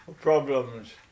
problems